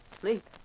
Sleep